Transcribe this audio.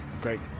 great